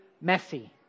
messy